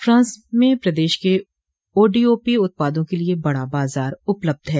France में प्रदेश के ओडीओपी उत्पादों के लिये बड़ा बाजार उपलब्ध है